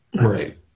Right